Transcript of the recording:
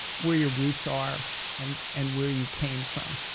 where your roots are and and where you came from?